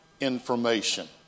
information